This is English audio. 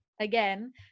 again